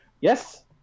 Yes